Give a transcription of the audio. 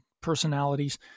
personalities